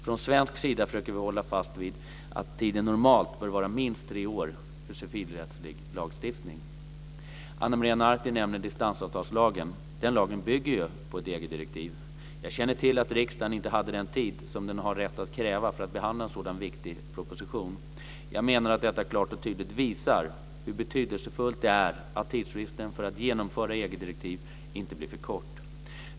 Från svensk sida försöker vi hålla fast vid att tiden normalt bör vara minst tre år för civilrättslig lagstiftning. Ana Maria Narti nämner distansavtalslagen. Den lagen bygger ju på ett EG-direktiv. Jag känner till att riksdagen inte hade den tid som den har rätt att kräva för att behandla en sådan viktig proposition. Jag menar att detta klart och tydligt visar hur betydelsefullt det är att tidsfristen för att genomföra EG-direktiv inte blir för kort.